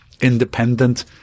independent